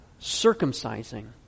circumcising